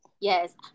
Yes